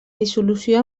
dissolució